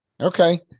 Okay